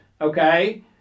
okay